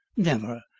never!